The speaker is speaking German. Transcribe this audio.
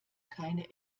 keine